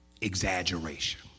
exaggeration